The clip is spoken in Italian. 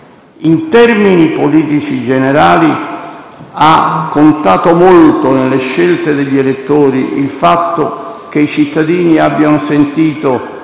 In termini politici generali, ha contato molto nelle scelte degli elettori il fatto che i cittadini abbiano sentito